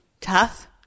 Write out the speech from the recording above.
Tough